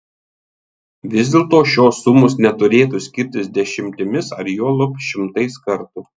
vis dėlto šios sumos neturėtų skirtis dešimtimis ar juolab šimtais kartų